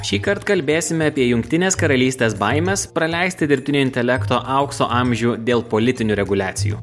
šįkart kalbėsime apie jungtinės karalystės baimes praleisti dirbtinio intelekto aukso amžių dėl politinių reguliacijų